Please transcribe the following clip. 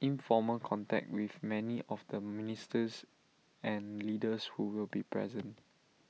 informal contact with many of the ministers and leaders who will be present